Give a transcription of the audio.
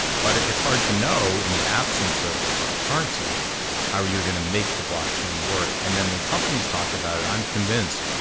but it's hard to know in the absence of currency how you're gonna make the blockchain work. and then when companies talk about it i'm convinced,